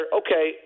okay